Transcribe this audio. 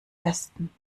besten